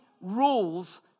rules